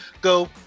Go